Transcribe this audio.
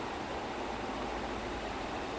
he will go like did you watch verbatim